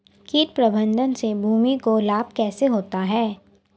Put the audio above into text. कीट प्रबंधन से भूमि को लाभ कैसे होता है?